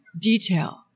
Detail